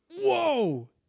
whoa